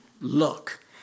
look